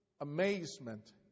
amazement